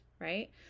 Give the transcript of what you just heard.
right